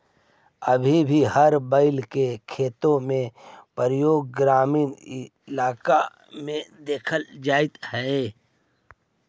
अभी भी हर बैल के खेती में प्रयोग ग्रामीण इलाक में देखल जा हई